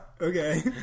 Okay